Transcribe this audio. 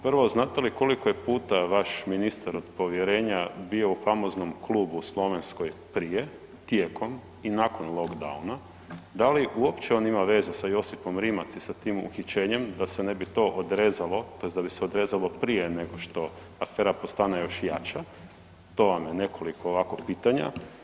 Prvo znate li koliko je puta vaš ministar od povjerenja bio u famoznom klubu u Slovenskoj prije, tijekom i nakon lockdowna, da li uopće on ima veze sa Josipom Rimac i sa tim uhićenjem da se ne bi to odrezalo, tj. da bi se odrezalo prije nego što afera postane još jača, to vam je nekoliko ovako pitanja.